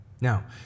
Now